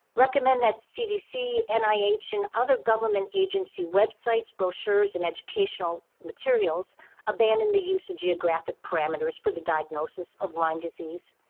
recommend that cdc, and nih, and other government agency websites, brochures, and educational materials abandon the use of geographic parameters for the diagnosis of lyme disease,